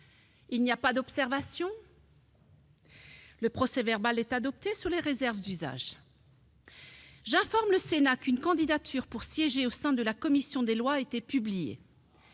Il n'y a pas d'observation ?... Le procès-verbal est adopté sous les réserves d'usage. J'informe le Sénat qu'une candidature pour siéger au sein de la commission des lois a été publiée.